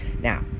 Now